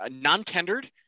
non-tendered